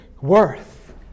worth